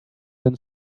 been